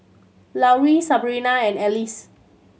Lauri Sabrina and Alcie